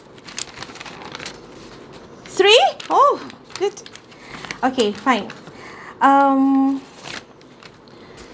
three oh good okay fine um